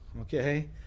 okay